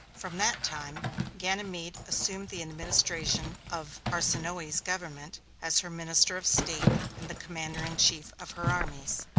from that time ganymede assumed the administration of arsinoe's government as her minister of state and the commander-in-chief of her armies.